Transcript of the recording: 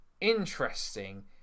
interesting